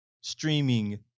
streaming